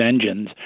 engines